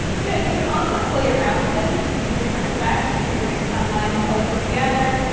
you know you could also play around with this. you could do different effects. you could bring some lines closer together,